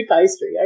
pastry